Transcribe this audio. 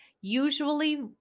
usually